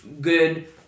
good